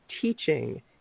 teaching